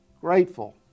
grateful